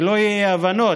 שלא יהיו אי-הבנות,